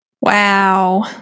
Wow